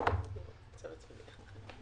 בהזדמנות הזאת,